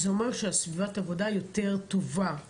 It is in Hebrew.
זה אומר שסביבת העבודה יותר טובה.